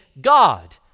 God